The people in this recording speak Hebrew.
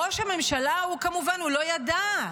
ראש הממשלה, הוא כמובן לא ידע.